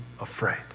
afraid